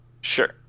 Sure